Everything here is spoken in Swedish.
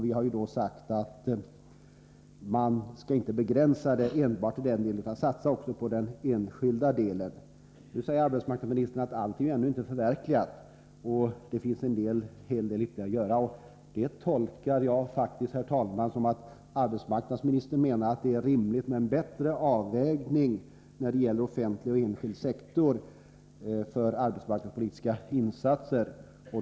Vi har ju sagt att dessa inte skall begränsas enbart till den offentliga sektorn, utan man skulle satsa också på den enskilda sektorn. Nu säger arbetsmarknadsministern att allting ännu inte är förverkligat och att det finns en hel del ytterligare att göra. Det tolkar jag faktiskt, herr talman, som att arbetsmarknadsministern menar att det är rimligt med en bättre avvägning mellan offentlig och enskild sektor när det gäller arbetsmarknadspolitiska insatser.